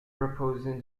proposing